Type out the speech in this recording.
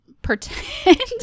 pretend